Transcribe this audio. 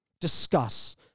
discuss